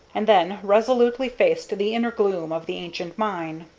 and then resolutely faced the inner gloom of the ancient mine.